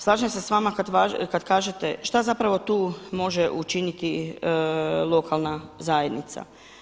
Slažem se s vama kada kažete šta zapravo tu može učiniti lokalna zajednica?